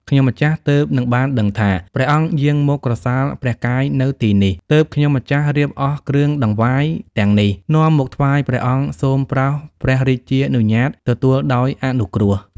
ខ្ញុំម្ចាស់ទើបនឹងបានដឹងថា ព្រះអង្គយាងមកក្រសាលព្រះកាយនៅទីនេះ ទើបខ្ញុំម្ចាស់រៀបអស់គ្រឿងដង្វាយទាំងនេះ នាំមកថ្វាយព្រះអង្គ សូមប្រោសព្រះរាជានុញ្ញាតទទួលដោយអនុគ្រោះ ។